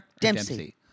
Dempsey